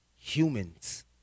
humans